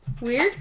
Weird